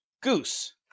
Goose